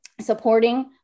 supporting